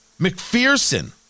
McPherson